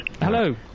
Hello